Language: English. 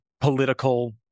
political